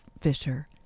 Fisher